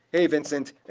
hey, vincent!